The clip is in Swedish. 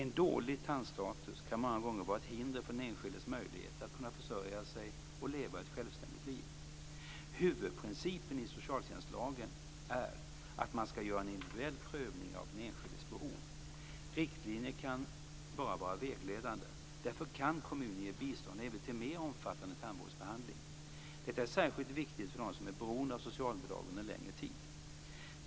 En dålig tandstatus kan många gånger vara ett hinder för den enskildes möjligheter att kunna försörja sig och leva ett självständigt liv. Huvudprincipen i socialtjänstlagen är att man skall göra en individuell prövning av den enskildes behov. Riktlinjer kan bara vara vägledande. Därför kan kommunen ge bistånd även till mer omfattande tandvårdsbehandling. Detta är särskilt viktigt för dem som är beroende av socialbidrag under en längre tid.